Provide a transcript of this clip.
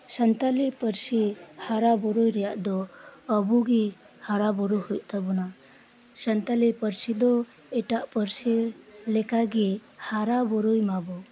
ᱥᱟᱱᱛᱟᱞᱤ ᱯᱟᱨᱥᱤ ᱦᱟᱨᱟ ᱵᱩᱨᱩᱭ ᱨᱮᱭᱟᱜ ᱫᱚ ᱟᱵᱚ ᱜᱮ ᱦᱟᱨᱟ ᱵᱩᱨᱩ ᱦᱳᱭᱳᱜ ᱛᱟᱵᱚᱱᱟ ᱥᱟᱱᱛᱟᱞᱤ ᱯᱟᱨᱥᱤ ᱫᱚ ᱮᱴᱟᱜ ᱯᱟᱨᱥᱤ ᱞᱮᱠᱟᱜᱮ ᱦᱟᱨᱟ ᱵᱩᱨᱩᱭ ᱢᱟᱵᱚ